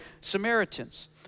Samaritans